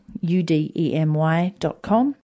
U-D-E-M-Y.com